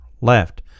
left